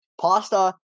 pasta